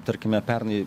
tarkime pernai